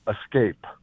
escape